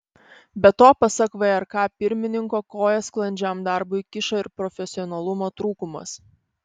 be to pasak vrk pirmininko koją sklandžiam darbui kiša ir profesionalumo trūkumas